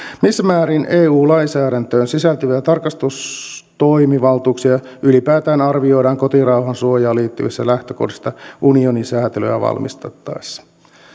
missä määrin eu lainsäädäntöön sisältyviä tarkastustoimivaltuuksia ylipäätään arvioidaan kotirauhansuojaan liittyvistä lähtökohdista unionin sääntelyä valmisteltaessa